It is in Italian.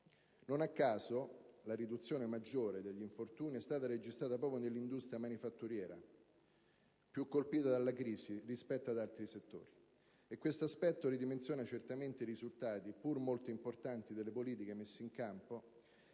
Non a caso la riduzione maggiore degli infortuni è stata registrata proprio nell'industria manifatturiera, più colpita dalla crisi rispetto agli altri settori. E questo aspetto ridimensiona certamente i risultati pur molto importanti delle politiche messe in campo,